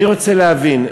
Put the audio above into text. אני רוצה להבין,